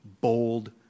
bold